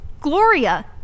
Gloria